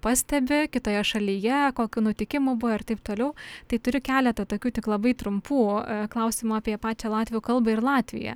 pastebi kitoje šalyje kokių nutikimų buvo ir taip toliau tai turiu keletą tokių tik labai trumpų klausimų apie pačią latvių kalbą ir latviją